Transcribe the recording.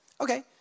okay